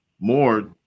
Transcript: more